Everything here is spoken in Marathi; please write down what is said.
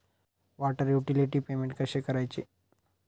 वॉटर युटिलिटी पेमेंट कसे करायचे?